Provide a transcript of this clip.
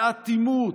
באטימות,